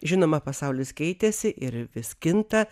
žinoma pasaulis keitėsi ir vis kinta